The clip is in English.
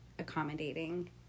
accommodating